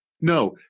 no